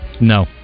No